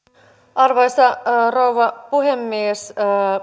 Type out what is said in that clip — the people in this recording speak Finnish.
arvoisa rouva puhemies